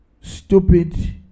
stupid